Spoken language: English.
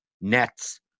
Nets